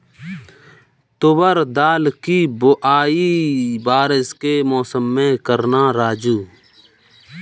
तुवर दाल की बुआई बारिश के मौसम में करना राजू